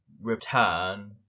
return